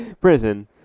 prison